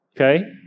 okay